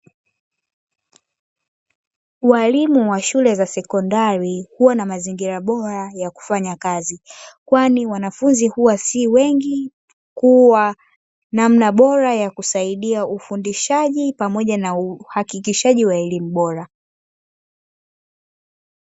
Walimu wa shule za sekondari, huwa na mazingira bora ya kufanya kazi, kwani wanafunzi huwa si wengi kuwa namna bora ya kusaidia ufundishaji pamoja na uhakikishaji wa elimu bora.